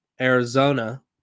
Arizona